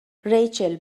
ریچل